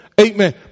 Amen